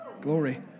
Glory